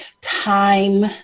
time